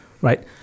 right